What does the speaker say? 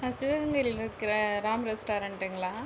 சிவகங்கையில் இருக்கிற ராம் ரெஸ்ட்டாரண்டுங்களா